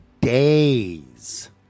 days